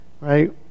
right